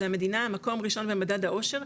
זה המדינה במקום ראשון במדד האושר,